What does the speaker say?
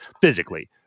physically